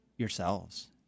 yourselves